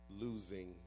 Losing